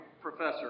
professor